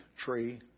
tree